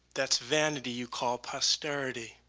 that's vanity you call prosperity,